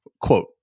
quote